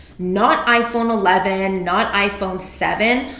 not iphone eleven, not iphone seven,